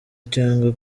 cyangwa